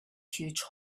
huge